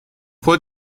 vor